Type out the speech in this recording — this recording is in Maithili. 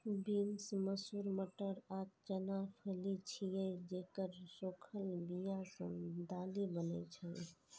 बीन्स, मसूर, मटर आ चना फली छियै, जेकर सूखल बिया सं दालि बनै छै